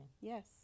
yes